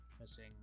missing